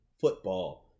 football